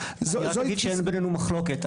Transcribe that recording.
--- אני רק אגיד שאין בנינו מחלוקת.